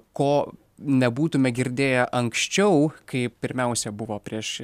ko nebūtume girdėję anksčiau kai pirmiausia buvo prieš